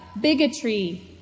bigotry